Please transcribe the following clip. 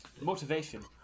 motivation